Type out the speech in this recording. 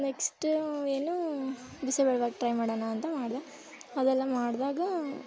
next ಏನು bisibele bath try ಮಾಡಣ ಅಂತ ಮಾಡಿದೆ ಅದೆಲ್ಲ ಮಾಡಿದಾಗ